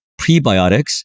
prebiotics